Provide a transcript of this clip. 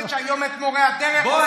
זה שהיום את מורי הדרך,